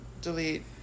delete